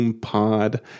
Pod